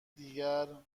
دیگر